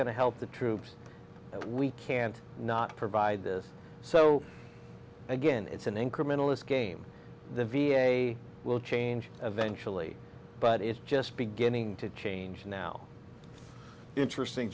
going to help the troops we can't not provide this so again it's an incrementalist game the v a will change eventually but it's just beginning to change now interesting